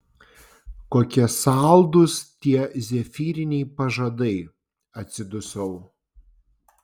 kokie saldūs tie zefyriniai pažadai atsidusau